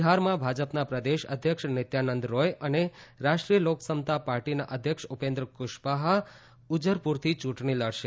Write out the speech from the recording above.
બિહારમાં ભાજપના પ્રદેશ અધ્યક્ષ નિત્યાનંદ રોય અને રાષ્ટ્રીય લોકસમતા પાર્ટીના અધ્યક્ષ ઉપેન્દ્ર કુશવાહા ઉજ્જરપુરથી યૂંટણી લડશે